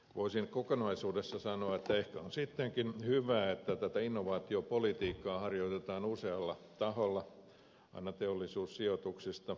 voisin kokonaisuudessaan sanoa että ehkä on sittenkin hyvä että tätä innovaatiopolitiikkaa harjoitetaan usealla taholla aina teollisuussijoituksista korkeakoululaitokseen ja niin edelleen